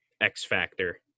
X-factor